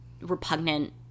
repugnant